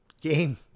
game